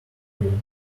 you